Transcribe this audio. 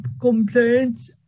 complaints